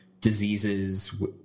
diseases